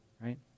right